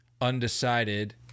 Undecided